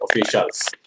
officials